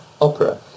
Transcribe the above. opera